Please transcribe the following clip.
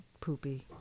poopy